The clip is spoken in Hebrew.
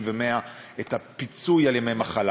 50% ו-100% את הפיצוי על ימי מחלה.